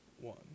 one